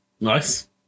Nice